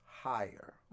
higher